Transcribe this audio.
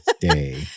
day